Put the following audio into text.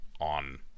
on